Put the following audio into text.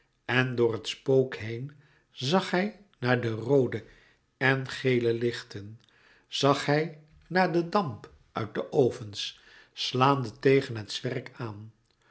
en door het spook heen zag hij naar de roode en gele lichten zag hij naar den damp uit de ovens slaande tegen het zwerk aan